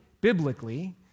biblically